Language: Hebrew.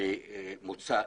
ממוצא אחד,